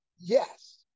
Yes